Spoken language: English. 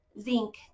zinc